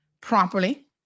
properly